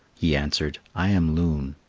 he answered, i am loon.